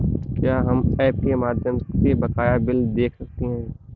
क्या हम ऐप के माध्यम से बकाया बिल देख सकते हैं?